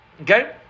Okay